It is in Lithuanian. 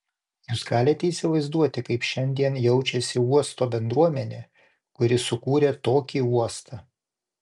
jūs galite įsivaizduoti kaip šiandien jaučiasi uosto bendruomenė kuri sukūrė tokį uostą